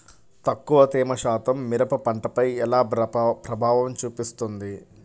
తక్కువ తేమ శాతం మిరప పంటపై ఎలా ప్రభావం చూపిస్తుంది?